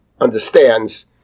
understands